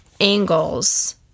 angles